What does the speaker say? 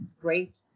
great